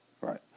Right